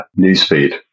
newsfeed